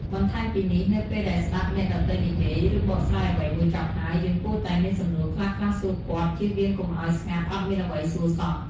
បន្ថែមពីនេះ នៅពេលដែលស្តាប់អ្នកដ៏ទៃនិយាយ ឬបកស្រាយអ្វីមួយចប់ហើយ យើងគួរតែមានសំណួរខ្លះៗសួរគាត់ ជៀសវាងកុំឱ្យស្ងាត់អត់មានអ្វីសួរសោះ។